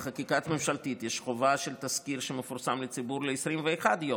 בחקיקה ממשלתית יש חובה של תזכיר שמפורסם לציבור ל-21 יום,